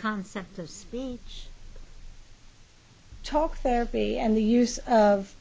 concept of speech talk therapy and the use of